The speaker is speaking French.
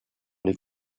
les